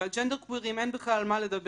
ועל ג'נדרקווירים אין בכלל על מה לדבר.